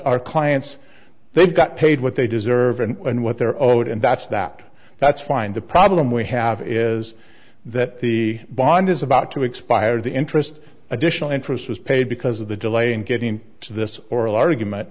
our clients they've got paid what they deserve and what they're owed and that's that that's fine the problem we have is that the bond is about to expire the interest additional interest was paid because of the delay in getting to this oral argument